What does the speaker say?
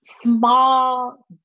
small